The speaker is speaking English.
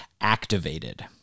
activated